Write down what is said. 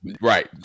Right